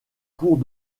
cours